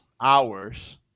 hours